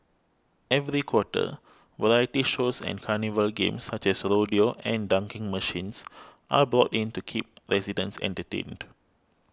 every quarter variety shows and carnival games such as rodeo and dunking machines are brought in to keep residents entertained